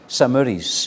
summaries